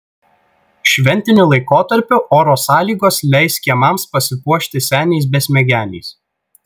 šventiniu laikotarpiu oro sąlygos leis kiemams pasipuošti seniais besmegeniais